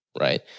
right